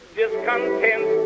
discontent